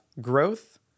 growth